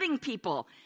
people